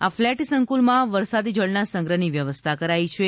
આ ફ્લેટ સંકુલમાં વરસાદી જળના સંગ્રહની વ્યવસ્થા કરાઈ છે